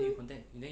hmm